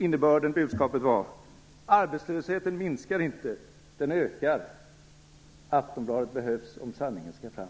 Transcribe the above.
Innebörden och budskapet var att arbetslösheten inte minskar - den ökar. Aftonbladet behövs om sanningen skall fram.